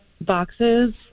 boxes